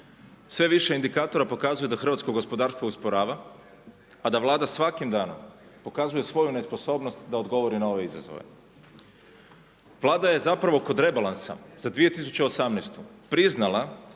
Sve više indikatora pokazuje da Hrvatsko gospodarstvo usporava, a da Vlada svakim danom pokazuje svoju nesposobnost da odgovori na ove izazove. Vlada je zapravo kod rebalansa za 2018. priznala